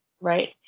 right